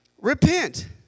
Repent